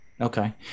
Okay